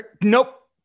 nope